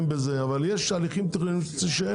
אבל יש תהליכים תכנוניים שצריך,